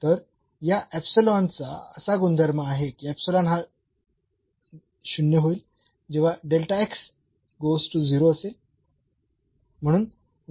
तर या चा असा गुणधर्म आहे की हा 0 होईल जेव्हा असेल